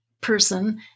person